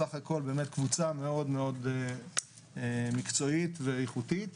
סך הכול באמת קבוצה מאוד מקצועית ואיכותית.